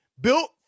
Built